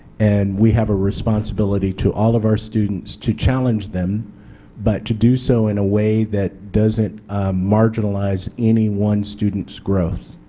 and we have a responsibility to all of her students to challenge them but to do so in a way that doesn't marginalize anyone students growth.